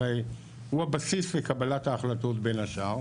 הוא הבסיס לקבלת ההחלטות בין השאר,